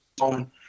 on